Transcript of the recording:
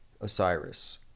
Osiris